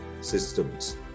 systems